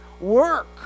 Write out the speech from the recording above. work